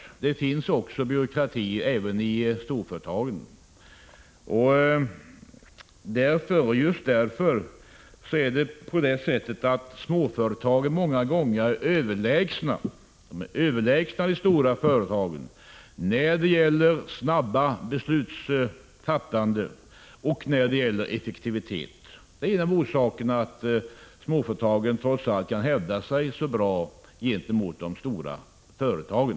Det finns byråkrati även i storföretagen. Just därför är småföretag många gånger överlägsna de stora företagen när det gäller att fatta snabba beslut och i fråga om effektivitet. Det är en av orsakerna till att småföretagen trots allt kan hävda sig så bra gentemot de stora företagen.